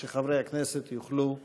כדי שחברי הכנסת יוכלו להירשם.